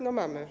No mamy.